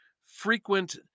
frequent